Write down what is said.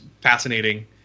fascinating